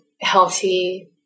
healthy